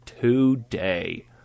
today